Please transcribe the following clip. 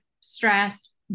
stress